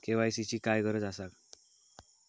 KYC ची काय गरज आसा?